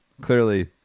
Clearly